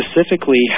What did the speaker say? specifically